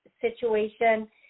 situation